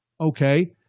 Okay